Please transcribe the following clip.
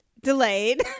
delayed